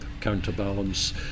counterbalance